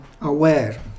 aware